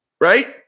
Right